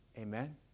Amen